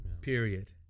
period